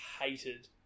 hated